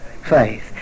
faith